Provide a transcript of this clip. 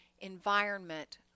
environment